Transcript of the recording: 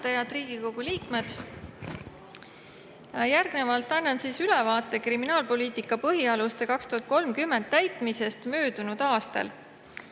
Head Riigikogu liikmed! Järgnevalt annan ülevaate "Kriminaalpoliitika põhialused aastani 2030" täitmisest möödunud aastal.